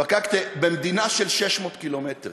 בפקקטה מדינה של 600 קילומטר